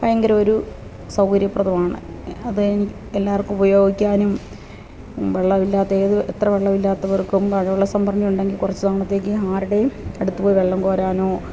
ഭയങ്കര ഒരു സൗകര്യപ്രദമാണ് അത് എനി എല്ലാവര്ക്കും ഉപയോഗിക്കാനും വെള്ളം ഇല്ലാത്തത് എത്ര വെള്ളം ഇല്ലാത്തവര്ക്കും മഴവെള്ളസംഭരണിയുണ്ടെങ്കില് കുറച്ചു നാളത്തേക്ക് ആരുടെയും അടുത്തുപോയി വെള്ളം കോരാനോ